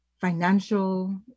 financial